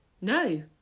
no